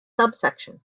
subsection